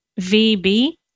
VB